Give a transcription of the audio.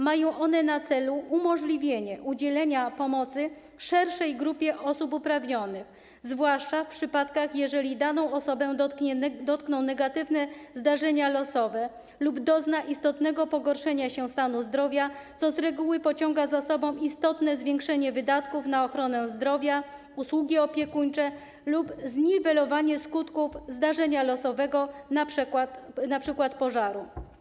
Mają one na celu umożliwienie udzielenia pomocy szerszej grupie osób uprawnionych, zwłaszcza w przypadkach, jeżeli daną osobę dotkną negatywne zdarzenia losowe lub dozna ona istotnego pogorszenia stanu zdrowia, co z reguły pociąga za sobą istotne zwiększenie wydatków na ochronę zdrowia, usługi opiekuńcze lub zniwelowanie skutków zdarzenia losowego, np. pożaru.